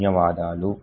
ధన్యవాదాలు